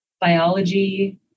biology